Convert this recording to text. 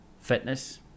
fitness